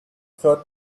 third